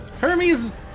Hermes